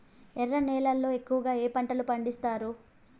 ఎర్ర నేలల్లో ఎక్కువగా ఏ పంటలు పండిస్తారు